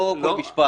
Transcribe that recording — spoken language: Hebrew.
לא אחרי כל משפט.